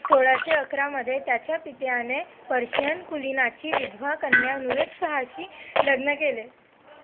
सोळाशे अकरामध्ये त्याच्या पित्याने पर्शियन कुलीनाची विधवा कन्या नूरजशहाँशी लग्न केले